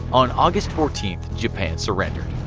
on august fourteenth japan surrendered.